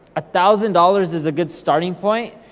a thousand dollars is a good starting point,